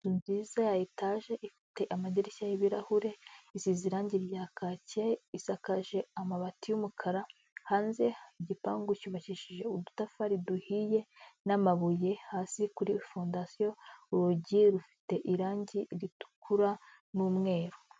Inzu nziza ya etaje ifite amadirishya y'ibirahure, isize irange rya kake, isakaje amabati y'umukara, hanze igipangu cyubakishije udutafari duhiye n'amabuye hasi kuri fondasiyo urugi rufite irangi ritukura n'umweru.